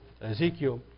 Ezekiel